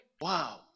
Wow